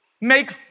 make